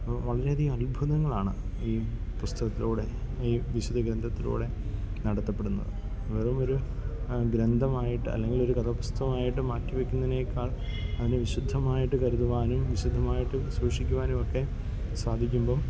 വളരെയധികം അത്ഭുതങ്ങളാണ് ഈ പുസ്തകത്തിലൂടെ ഈ വിശുദ്ധ ഗ്രന്ഥത്തിലൂടെ നടത്തപ്പെടുന്നത് വെറുമൊരു ഗ്രന്ഥമായിട്ട് അല്ലെങ്കിലൊരു കഥാപുസ്തകമായിട്ട് മാറ്റി വെക്കുന്നതിനേക്കാൾ അതിനെ വിശുദ്ധമായിട്ട് കരുതുവാനും വിശുദ്ധമായിട്ട് സൂക്ഷിക്കുവാനും ഒക്കെ സാധിക്കുമ്പം